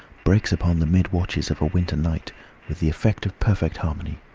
breaks upon the mid-watches of a winter night with the effect of perfect harmony.